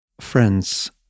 friends